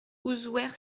ouzouer